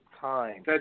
time